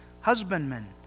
husbandmen